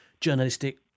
journalistic